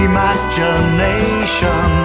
Imagination